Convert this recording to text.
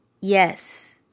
Yes